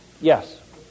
yes